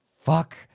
fuck